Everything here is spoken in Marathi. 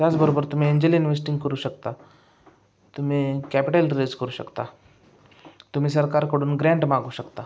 त्याचबरोबर तुम्ही एनजल इन्वेस्टिंग करू शकता तुम्ही कॅपिटल रेज करू शकता तुम्ही सरकारकडून ग्रँट मागू शकता